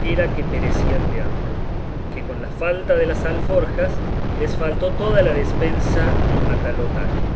era que perecían de hambre que con la falta de las alforjas les faltó toda la despensa y matalotaje